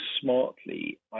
smartly